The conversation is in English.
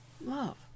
love